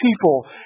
people